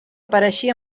pareixia